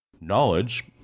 Knowledge